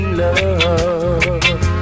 love